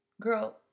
girl